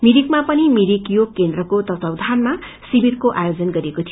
मिरिकमा पनि मिरिक योग केन्द्रको तत्वाधानामा शिविरको आयोजन गरिएको थियो